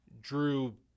Drew